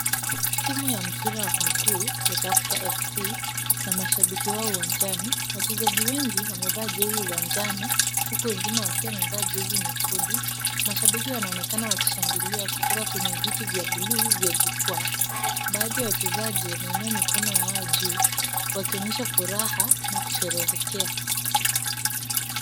Timu ya mpira wa mguu ya Tusker FC na mashabiki wao uwanjani. Wachezaji wengi wamevaa jezi za manjano, huku wengine wakiwa wamevaa jezi nyekundu. Mashabiki wanaonekana wakishangilia kutoka kwenye viti vya buluu vya jukwaa. Baadhi ya wachezaji wameinua mikono yao juu, wakionyesha furaha na kusherehekea.